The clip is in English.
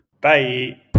Bye